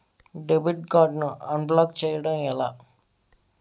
Debit card ను unblock block చేయటం ఎలా?